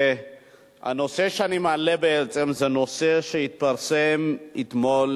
הנושא שאני מעלה בעצם זה נושא שהתפרסם אתמול